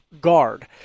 guard